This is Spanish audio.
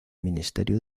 ministerio